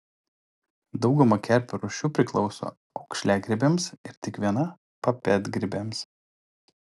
dauguma kerpių rūšių priklauso aukšliagrybiams ir tik viena papėdgrybiams